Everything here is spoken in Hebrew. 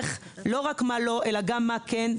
לא רק מה לא אלא גם מה כן.